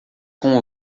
com